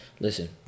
listen